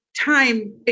time